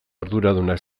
arduradunak